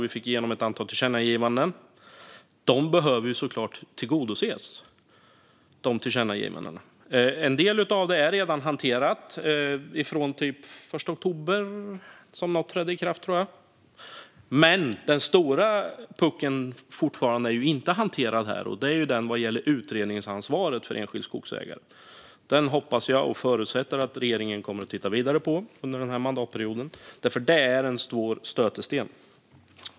Vi fick igenom ett antal tillkännagivanden, som såklart behöver tillgodoses. En del av detta är redan hanterat; ikraftträdandet skedde den 1 oktober, tror jag. Men den stora puckeln är inte hanterad, och den gäller utredningsansvaret för enskilda skogsägare. Detta hoppas och förutsätter jag att regeringen kommer att titta vidare på under den här mandatperioden, för det är en stor stötesten.